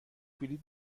بلیط